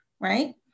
right